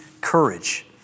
courage